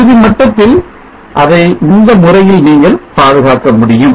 தொகுதி மட்டத்தில் அதை இந்த முறையில் நீங்கள் பாதுகாக்க முடியும்